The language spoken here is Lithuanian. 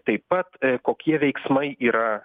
taip pat kokie veiksmai yra